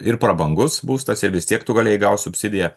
ir prabangus būstas ir vis tiek tu galėjai gaut subsidiją